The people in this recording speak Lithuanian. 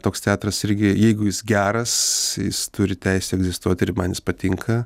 toks teatras irgi jeigu jis geras jis turi teisę egzistuoti ir man patinka